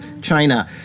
China